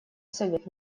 совет